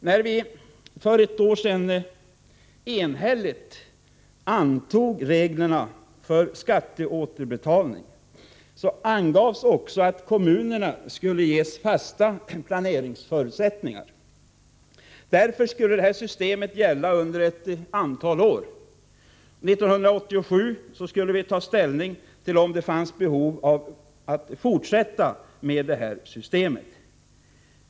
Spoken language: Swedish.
När vi för ett år sedan enhälligt antog reglerna för skatteåterbetalning angavs också att kommunerna skulle ges fasta planeringsförutsättningar. Därför skulle det här systemet gälla under ett antal år. 1987 skulle vi ta ställning till om det fanns behov av att fortsätta med systemet.